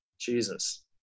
Jesus